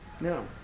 No